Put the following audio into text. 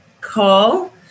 call